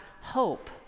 hope